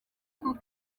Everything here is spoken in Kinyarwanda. kuko